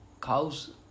Cows